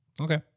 Okay